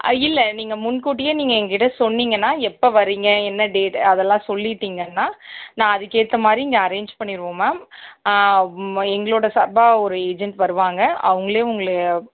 இல்லை நீங்கள் முன் கூட்டியே நீங்கள் என்கிட்டே சொன்னீங்கன்னால் எப்போ வரீங்க என்ன டேட் அதெல்லாம் சொல்லிட்டீங்கன்னால் நான் அதுக்கேற்ற மாதிரி இங்கே அரேஞ்ச் பண்ணிடுவோம் மேம் வ் எங்களோட சார்பாக ஒரு ஏஜென்ட் வருவாங்க அவங்களே உங்களை